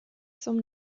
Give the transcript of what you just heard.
zum